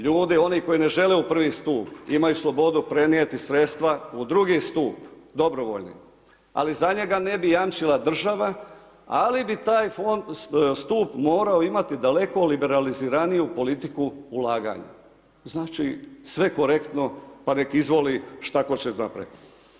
Ljudi oni koji ne žele u prvi stup, imaju slobodu prenijeti sredstva u drugo stup, dobrovoljni ali za njega ne bi jamčila država ali bi taj stup morao imati daleko liberaliziraniju politiku ulaganja, znači sve korektno pa nek izvoli šta tko će napraviti.